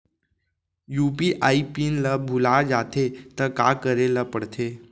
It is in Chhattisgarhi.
यू.पी.आई पिन ल भुला जाथे त का करे ल पढ़थे?